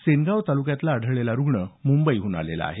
सेनगाव तालुक्यात आढळलेला रुग्ण मुंबईहून आलेला आहे